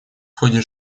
ходе